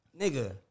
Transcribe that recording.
nigga